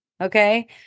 Okay